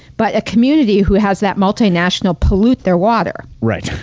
but a community who has that multinational pollute their water. right.